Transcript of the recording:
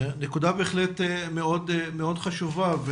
נקודה בהחלט מאוד חשובה.